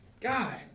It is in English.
God